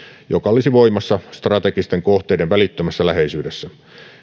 joka olisi voimassa strategisten kohteiden välittömässä läheisyydessä